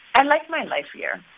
i like my life here.